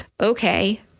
Okay